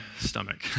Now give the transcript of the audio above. stomach